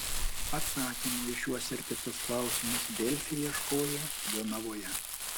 atsakymų į šiuos ir kitus klausimus delfi ieškojo jonavoje